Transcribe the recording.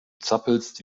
zappelst